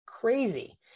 crazy